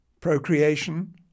procreation